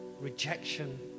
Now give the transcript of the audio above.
rejection